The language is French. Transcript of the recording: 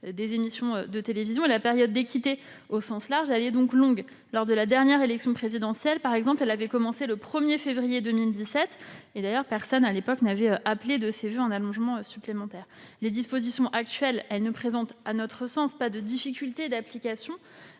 des émissions de télévision. La période d'équité au sens large est donc longue : ainsi, lors de la dernière élection présidentielle, elle avait commencé le 1 février 2017. D'ailleurs, personne à l'époque n'avait appelé de ses voeux un allongement supplémentaire. Les dispositions actuelles ne présentent, à notre sens, pas de difficulté d'application.